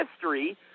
history